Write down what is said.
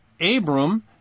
Abram